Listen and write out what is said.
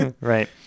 right